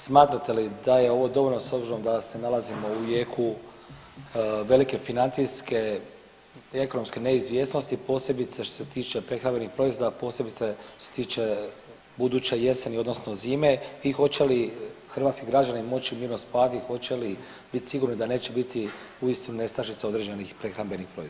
Smatrate li da je ovo dovoljno s obzirom da se nalazimo u jeku velike financijske i ekonomske neizvjesnosti posebice što se tiče prehrambenih proizvoda, a posebice što se tiče buduće jeseni odnosno zime i hoće li hrvatski građani moći mirno spavati, hoće li biti sigurni da neće biti uistinu nestašica određenih prehrambenih proizvoda.